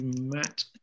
Matt